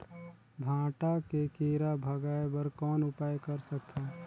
भांटा के कीरा भगाय बर कौन उपाय कर सकथव?